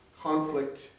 conflict